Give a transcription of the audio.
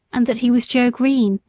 and that he was joe green,